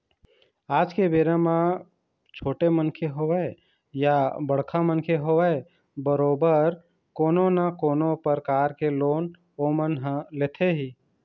आज के बेरा म बरोबर छोटे मनखे होवय या बड़का मनखे होवय बरोबर कोनो न कोनो परकार के लोन ओमन ह लेथे ही